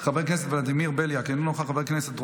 חבר הכנסת מנסור עבאס, אינו נוכח,